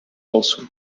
also